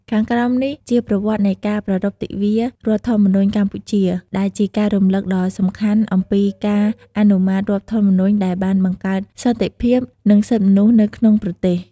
ខាងក្រោមនេះជា ប្រវត្តិនៃការប្រារព្ធទិវារដ្ឋធម្មនុញ្ញកម្ពុជា ដែលជាការរំលឹកដ៏សំខាន់អំពីការអនុម័តរដ្ឋធម្មនុញ្ញដែលបានបង្កើតសន្តិភាព និងសិទ្ធិមនុស្សនៅក្នុងប្រទេស។